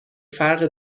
فرق